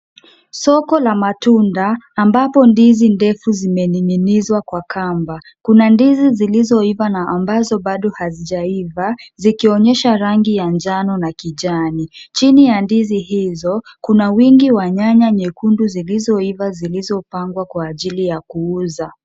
Soko la matunda, ambapo ndizi ndefu zimening'inizwa kwa kamba. Kuna ndizi zilizoiva na ambazo bado hazijaiva, zikionyesha rangi ya njano na kijani. Chini ya ndizi hizo, kuna wingi wa nyanya nyekundu zilizoiva zilizopangwa kwa ajili ya kuuza.